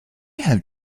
have